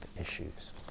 issues